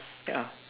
ya